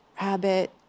rabbit